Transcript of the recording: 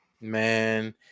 Man